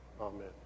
Amen